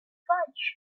fudge